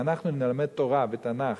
אם אנחנו נלמד תורה ותנ"ך